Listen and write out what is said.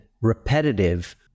repetitive